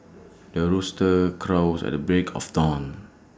the rooster crows at the break of dawn